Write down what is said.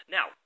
Now